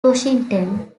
washington